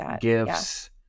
gifts